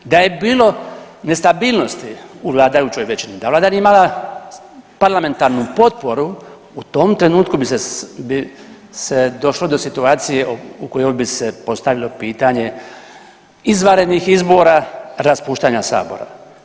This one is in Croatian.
Da je bilo nestabilnosti u vladajućoj većini, da Vlada nije imala parlamentarnu potporu, u tom trenutku bi se, bi došlo do situacije u kojoj bi se postavilo pitanje izvanrednih izbora, raspuštanja Sabora.